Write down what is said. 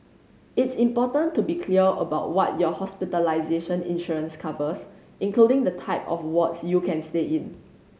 it's important to be clear about what your hospitalization insurance covers including the type of wards you can stay in